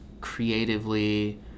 creatively